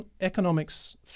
economics